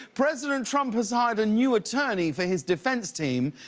president trump has hired a new attorney for his defense team.